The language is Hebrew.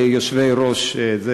כיושבי-ראש.